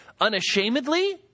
unashamedly